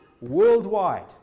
worldwide